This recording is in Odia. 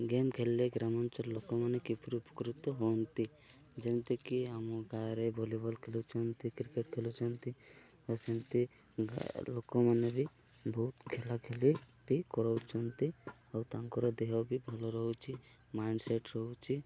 ଗେମ୍ ଖେଳିଲେ ଗ୍ରାମାଞ୍ଚଳରେ ଲୋକମାନେ କିପରି ଉପକୃତ ହୁଅନ୍ତି ଯେମିତିକି ଆମ ଗାଁରେ ଭଲିବଲ୍ ଖେଳୁଛନ୍ତି କ୍ରିକେଟ୍ ଖେଳୁଛନ୍ତି ଆଉ ସେମିତି ଲୋକମାନେ ବି ବହୁତ ଖେଳା ଖେଳି ବି କରଉଛନ୍ତି ଆଉ ତାଙ୍କର ଦେହ ବି ଭଲ ରହୁଛି ମାଇଣ୍ଡସେଟ୍ ରହୁଛି